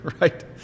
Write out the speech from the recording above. right